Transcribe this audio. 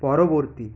পরবর্তী